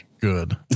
Good